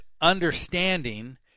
understanding